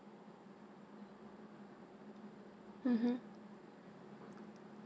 mmhmm